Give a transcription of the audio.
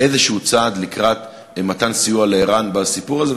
צעד כלשהו לקראת מתן סיוע לער"ן בסיפור הזה,